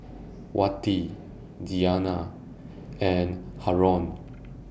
Wati Dayana and Haron